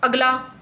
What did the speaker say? अगला